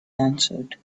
answered